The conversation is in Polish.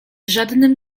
żadnym